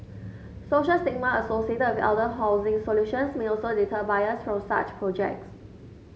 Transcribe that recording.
social stigma associated with elder housing solutions may also deter buyers from such projects